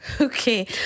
okay